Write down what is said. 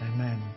Amen